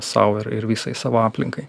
sau ir ir visai savo aplinkai